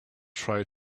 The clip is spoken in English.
try